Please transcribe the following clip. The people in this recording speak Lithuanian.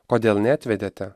kodėl neatvedėte